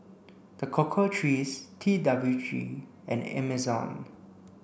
The Cocoa Trees T W G and Amazon